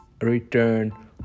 return